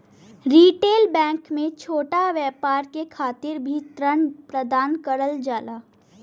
retail bank में छोटा व्यापार के खातिर भी ऋण प्रदान करल जाला